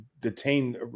detained